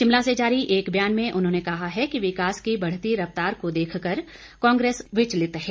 शिमला से जारी एक बयान में उन्होंने कहा है कि विकास की बढ़ती रफ्तार को देखकर कांग्रेस विचलित है